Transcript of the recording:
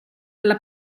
alla